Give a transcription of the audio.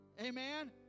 Amen